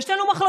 יש לנו מחלוקות,